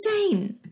insane